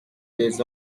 des